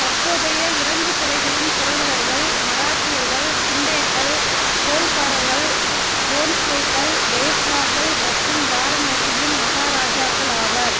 தற்போதைய இறங்கு துறைகளின் புரவலர்கள் மராட்டியர்கள் ஷிண்டேக்கள் ஹோல்காரர்கள் போன்ஸ்லேக்கள் பேஷ்வாக்கள் மற்றும் வாரணாசியின் மகாராஜாக்கள் ஆவர்